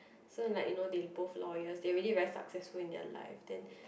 so like you know they both lawyers they already very successful in their lives then